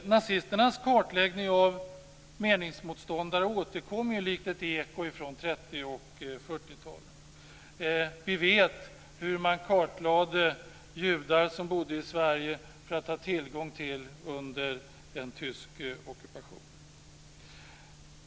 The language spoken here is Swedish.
Nazisternas kartläggning av meningsmotståndare återkommer likt ett eko från 30 och 40-talen. Vi vet hur man kartlade judar som bodde i Sverige för att ha tillgång till förteckningar under tysk ockupation.